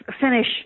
Finish